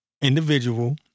individual